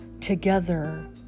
Together